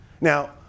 Now